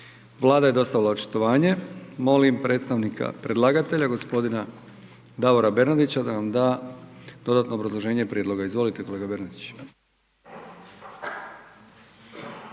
Vlada je dostavila očitovanje, molim predstavnika predlagatelja, g. Davora Bernardića da nam da dodatno obrazloženje prijedloga, izvolite kolega Bernardić.